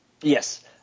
Yes